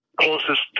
closest